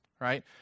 right